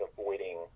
avoiding